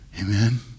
Amen